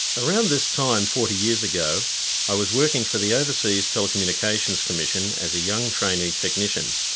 around this time forty years ago i was working for the overseas telecommunications commission as a young trainee technician.